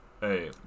Hey